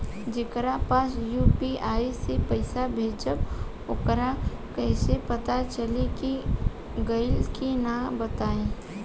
जेकरा पास यू.पी.आई से पईसा भेजब वोकरा कईसे पता चली कि गइल की ना बताई?